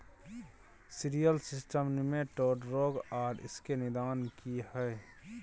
Cereal system nematode रोग आर इसके निदान की हय?